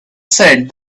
said